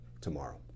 tomorrow